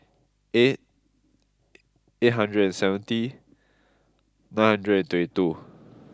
eight eight hundred and seventy nine hundred and twenty two